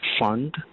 fund